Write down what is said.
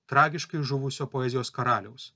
tragiškai žuvusio poezijos karaliaus